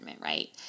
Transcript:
right